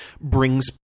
brings